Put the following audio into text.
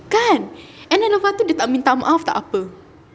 kan and then lepas tu dia tak minta maaf tak apa